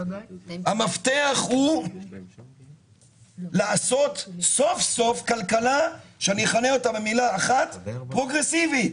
המפתח הוא לעשות סוף סוף כלכלה שאני אכנה אותה במילה אחת פרוגרסיבית.